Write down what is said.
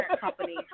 company